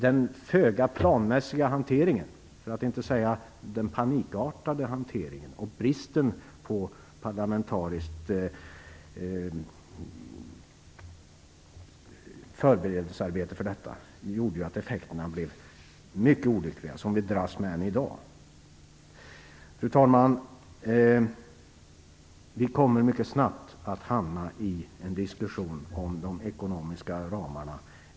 Den föga planmässiga hanteringen, för att inte säga den panikartade hanteringen och bristen på ett parlamentariskt förberedelsearbete för detta, gjorde ju att effekterna blev mycket olyckliga. Det dras vi med än i dag. Fru talman! Vi kommer mycket snabbt att hamna i en diskussion om de ekonomiska ramarna.